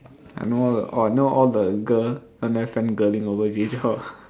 I know all the orh all the girl down there fangirling over Jay Chou